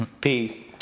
Peace